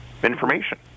Information